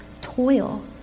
toil